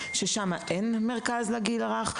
שם אין מרכז לגיל הרך,